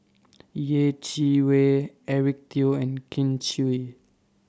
Yeh Chi Wei Eric Teo and Kin Chui